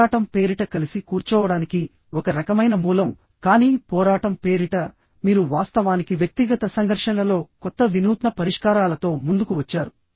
పోరాటం పేరిట కలిసి కూర్చోవడానికి ఒక రకమైన మూలం కానీ పోరాటం పేరిట మీరు వాస్తవానికి వ్యక్తిగత సంఘర్షణలలో కొత్త వినూత్న పరిష్కారాలతో ముందుకు వచ్చారు